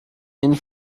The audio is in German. ihnen